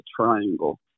triangle